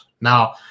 Now